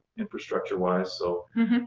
infrastructure wise, so